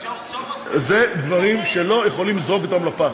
אלה דברים שלא יכולים לזרוק אותם לפח,